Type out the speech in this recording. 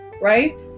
right